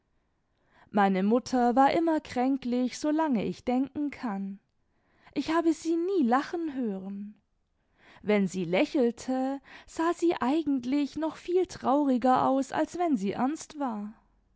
meine mutter war immer kränklich solange ich denken kann ich habe sie nie lachen hören wenn sie lächelte sah sie eigentlich noch viel trauriger aus als wenn sie ernst war